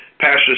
Pastor